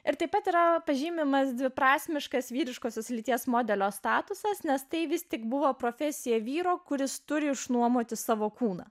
ir taip pat yra pažymimas dviprasmiškas vyriškosios lyties modelio statusas nes tai vis tik buvo profesija vyro kuris turi išnuomoti savo kūną